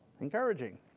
Encouraging